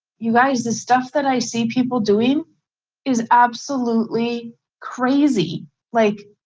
you guys the stuff that i see people doing is absolutely crazy like.